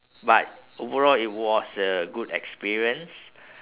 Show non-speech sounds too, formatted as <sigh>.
but overall it was a good experience <breath>